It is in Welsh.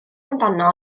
amdano